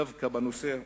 דווקא בנושא הזה.